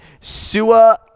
Sua